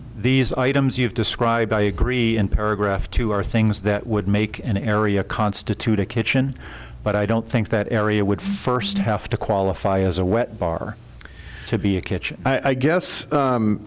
these items you've described i agree in paragraph two are things that would make an area constitute a kitchen but i don't think that area would first have to qualify as a wet bar to be a kitchen i guess